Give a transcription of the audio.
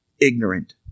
ignorant